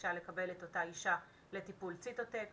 האישה לקבל את אותה האישה לטיפול ציטוטק,